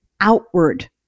outward